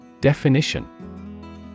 Definition